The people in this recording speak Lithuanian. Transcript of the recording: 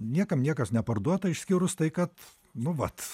niekam niekas neparduota išskyrus tai kad nu vat